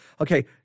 Okay